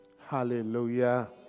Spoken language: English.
Hallelujah